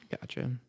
Gotcha